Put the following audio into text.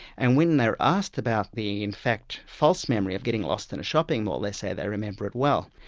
and when they're asked about the in fact false memory of getting lost in a shopping mall, they say they remember it well.